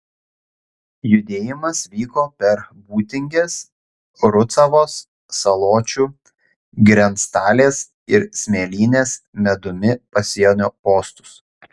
judėjimas vyko per būtingės rucavos saločių grenctalės ir smėlynės medumi pasienio postus